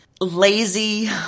lazy